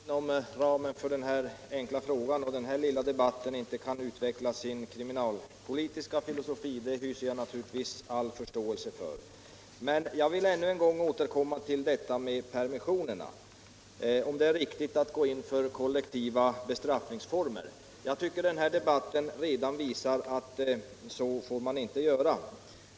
Herr talman! Att justitieministern inte kan utveckla sin kriminalpolitiska filosofi inom ramen för den här lilla frågedebatten har jag naturligtvis all förståelse för. Jag vill ännu en gång återkomma till frågan, om det är riktigt att tillämpa kollektiva bestraffningsformer såsom indragning av permissionerna. Jag tycker att den här debatten redan visat att man inte får göra så.